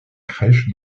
crèche